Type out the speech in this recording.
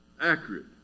accurate